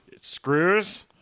Screws